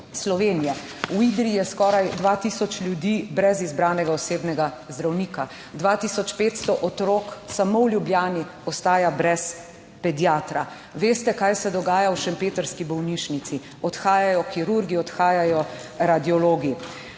Slovenije. V Idriji je skoraj 2000 ljudi brez izbranega osebnega zdravnika, 2500 otrok samo v Ljubljani ostaja brez pediatra. Veste, kaj se dogaja v Šempetrski bolnišnici, odhajajo kirurgi, odhajajo radiologi.